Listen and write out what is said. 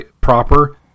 proper